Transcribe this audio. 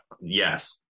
yes